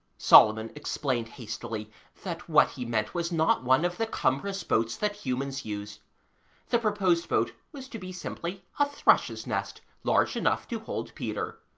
solomon explained hastily that what he meant was not one of the cumbrous boats that humans use the proposed boat was to be simply a thrush's nest large enough to hold peter.